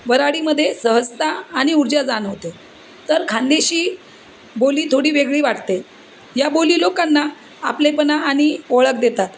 वऱ्हाडीमध्ये सहजता आणि ऊर्जा जाणवते तर खानदेशी बोली थोडी वेगळी वाटते या बोली लोकांना आपलेपणा आणि ओळख देतात